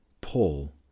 Paul